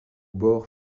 bords